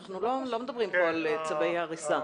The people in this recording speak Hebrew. אנחנו לא מדברים פה על צווי הריסה?